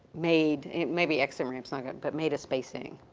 made, maybe exit ramps not good, but made a spacing?